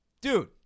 dude